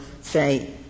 say